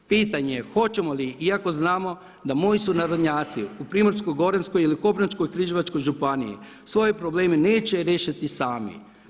Pitanje je hoćemo li iako znamo da moji sunarodnjaci u Primorsko-goranskoj ili Koprivničko-križevačkoj županiji svoje probleme neće riješiti sami.